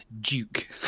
Duke